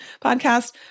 podcast